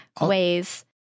ways